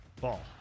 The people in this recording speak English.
ball